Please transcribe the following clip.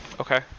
Okay